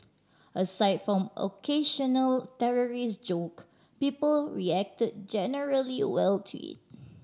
aside from occasional terrorist joke people react generally well to it